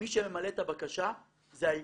מי שממלא את הבקשה זה האיגוד.